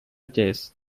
chase